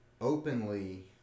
openly